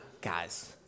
Guys